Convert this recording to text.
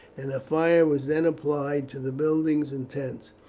and fire was then applied to the buildings and tents.